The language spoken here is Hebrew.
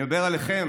אני מדבר עליכם,